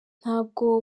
ntabwo